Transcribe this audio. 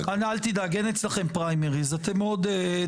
זה הכול.